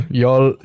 y'all